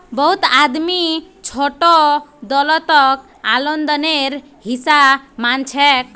बहुत आदमी छोटो दौलतक आंदोलनेर हिसा मानछेक